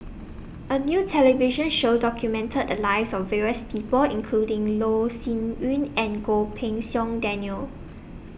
A New television Show documented The Lives of various People including Loh Sin Yun and Goh Pei Siong Daniel